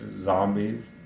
Zombies